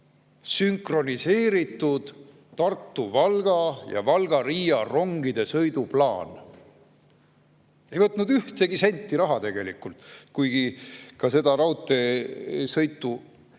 sünkroniseeritud Tartu–Valga ja Valga–Riia rongide sõiduplaan. Ei võtnud ühtegi senti raha tegelikult, kuigi ka seda raudteesõitu